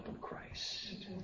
Christ